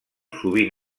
sovint